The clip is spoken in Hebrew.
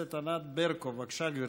הכנסת ענת ברקו, בבקשה, גברתי.